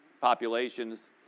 populations